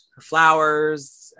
flowers